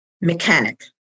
mechanic